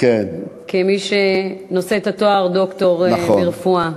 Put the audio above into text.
כמי שנושא את התואר דוקטור ברפואה.